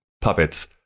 puppets